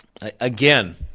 again